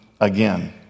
again